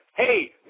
hey